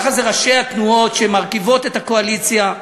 ככה ראשי התנועות שמרכיבות את הקואליציה,